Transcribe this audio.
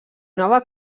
nova